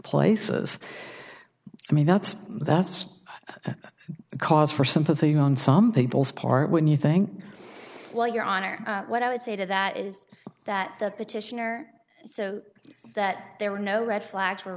places i mean that's that's because for sympathy on some people's part when you think well your honor what i would say to that is that the petitioner so that there were no red flags were